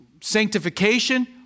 sanctification